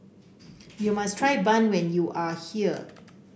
you must try bun when you are here